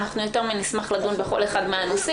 אנחנו יותר מאשר נשמח לדון בכל אחד מהנושאים.